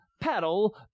paddle